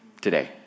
today